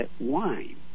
wine